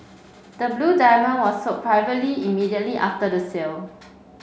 the blue diamond was sold privately immediately after the sale